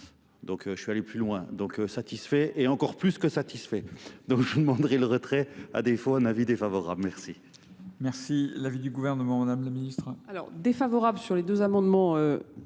Donc je suis allé plus loin. Donc satisfait et encore plus que satisfait. Donc je vous demanderai le retrait à défaut, en avis défavorable. Merci. L'avis du gouvernement, Madame la Ministre. Alors, Alors, défavorable sur les deux amendements